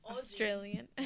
Australian